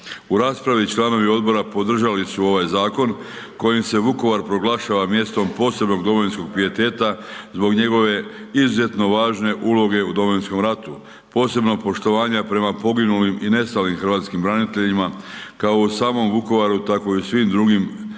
U raspravi članovi odbora podržali su ovaj zakon kojim se Vukovar proglašava mjestom posebnog domovinskog pijeteta zbog njegove izuzetno važne uloge u domovinskom ratu, posebno poštovanja prema poginulim i nestalim hrvatskim braniteljima kao u samom Vukovaru tako i u svim drugim mjestima,